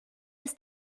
ist